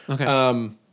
Okay